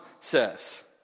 says